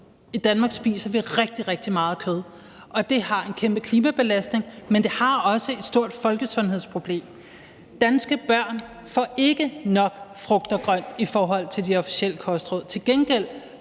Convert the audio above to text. I Danmark spiser vi rigtig, rigtig meget kød, og det er en kæmpe klimabelastning, men det er også et stort folkesundhedsproblem. Danske børn får ikke nok frugt og grønt i forhold til de officielle kostråd;